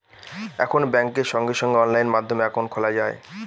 এখন ব্যাঙ্কে সঙ্গে সঙ্গে অনলাইন মাধ্যমে একাউন্ট খোলা যায়